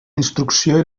instrucció